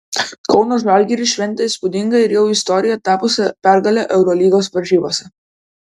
kauno žalgiris šventė įspūdingą ir jau istorija tapusią pergalę eurolygos varžybose